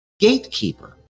Gatekeeper